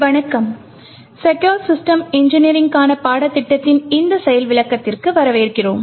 வணக்கம் secure system இன்ஜினியரிங்க்கான பாடத்திட்டத்தின் இந்த செயல் விளக்கத்திற்கு வரவேற்கிறோம்